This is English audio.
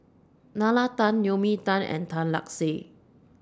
Nalla Tan Naomi Tan and Tan Lark Sye